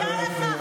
אמרתי שקרנית.